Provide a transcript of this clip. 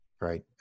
Right